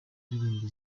ndirimbo